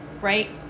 Right